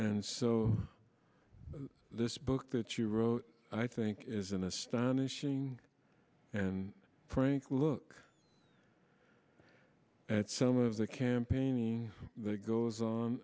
and so this book that you wrote i think is an astonishing and frank look at some of the campaigning that goes on